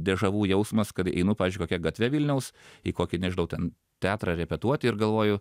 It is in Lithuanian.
dežavu jausmas kad einu pavyzdžiui kokia gatve vilniaus į kokį nežinau ten teatrą repetuoti ir galvoju